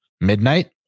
midnight